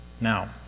Now